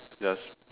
just